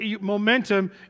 momentum